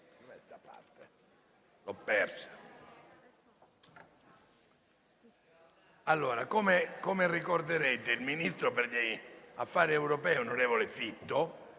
Come ricorderete, il ministro per gli affari europei onorevole Fitto